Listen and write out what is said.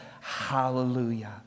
hallelujah